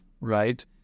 Right